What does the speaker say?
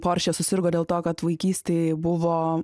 poršė susirgo dėl to kad vaikystėj buvo